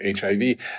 HIV